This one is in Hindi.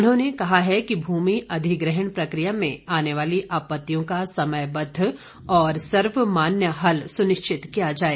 उन्होंने कहा कि भूमि अधिग्रहण प्रकिया में आने वाली आपतियों का समयबद्व और सर्वमान्य हल सुनिश्चित किया जाए